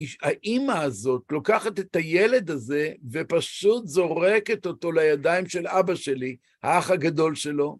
האימא הזאת לוקחת את הילד הזה ופשוט זורקת אותו לידיים של אבא שלי, האח הגדול שלו.